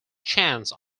chance